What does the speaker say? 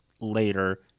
later